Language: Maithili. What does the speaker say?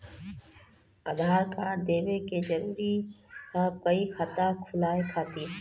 आधार कार्ड देवे के जरूरी हाव हई खाता खुलाए खातिर?